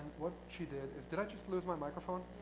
what she did is did i just lose my microphone?